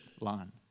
line